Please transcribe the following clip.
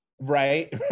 right